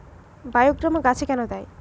বায়োগ্রামা গাছে কেন দেয়?